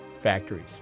factories